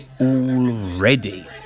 already